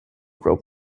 grow